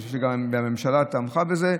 אני חושב שהממשלה תמכה בזה,